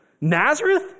Nazareth